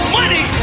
money